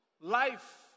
life